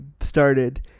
started